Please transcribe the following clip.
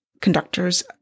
conductors